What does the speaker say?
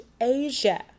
Asia